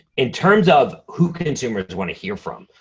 in terms of who consumers wanna hear from,